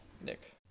Nick